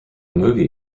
movie